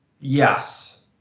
Yes